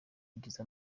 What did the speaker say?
ugize